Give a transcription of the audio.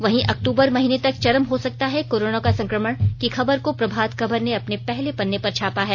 वहीं अक्तूबर महीने तक चरम हो सकता है कोरोना का संकमण की खबर को प्रभात खबर ने अपने पहले पन्ने पर छापा है